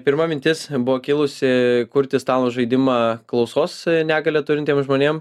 pirma mintis buvo kilusi kurti stalo žaidimą klausos negalią turintiem žmonėm